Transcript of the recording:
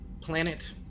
planet